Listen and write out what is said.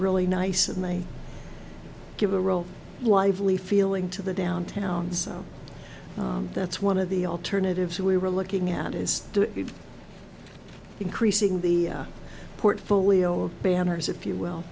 really nice and they give a role lively feeling to the downtown so that's one of the alternatives we were looking at is increasing the portfolio of banners if you will